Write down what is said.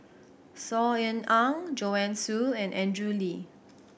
Saw Ean Ang Joanne Soo and Andrew Lee